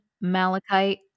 malachite